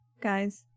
guys